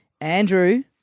Andrew